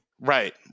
Right